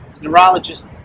Neurologist